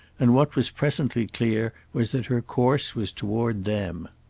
and what was presently clear was that her course was toward them.